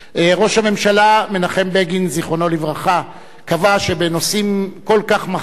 ראש הממשלה מנחם בגין ז"ל קבע שבנושאים כל כך מכריעים